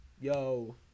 yo